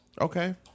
Okay